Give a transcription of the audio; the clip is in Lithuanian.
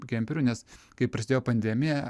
kemperių nes kai prasidėjo pandemija